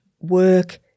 work